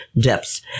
depths